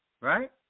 Right